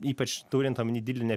ypač turint omeny didelį na